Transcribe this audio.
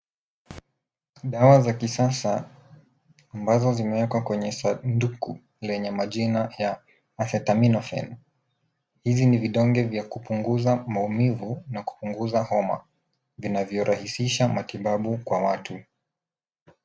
Dawa za kisasa ambazo zimewekwa kwenye sanduku lenye majina ya Acetaminophen. Hizi ni vidonge vya kupunguza maumivu na kupunguza homa vinavyorahisisha matibabu kwa watu.